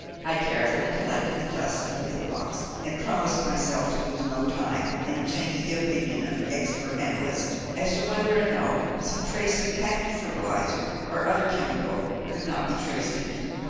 i carefully collected the dust in a pill-box, and promised myself to lose no time in obtaining the opinion of an expert analyst, as to whether or no some trace of patent fertilizer, or other chemical, could not be traced in it.